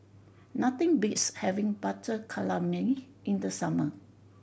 nothing beats having Butter Calamari in the summer